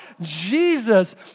Jesus